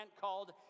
called